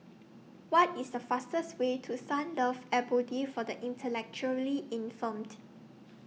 What IS The fastest Way to Sunlove Abode For The Intellectually Infirmed